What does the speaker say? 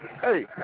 hey